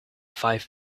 five